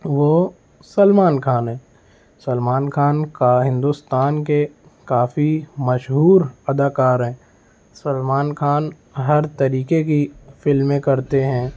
وہ سلمان خان ہیں سلمان خان کا ہندوستان کے کافی مشہور اداکار ہیں سلمان خان ہر طریقے کی فلمیں کرتے ہیں